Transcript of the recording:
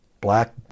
black